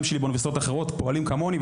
שלי באוניברסיטאות אחרות פועלים כמוני,